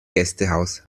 gästehaus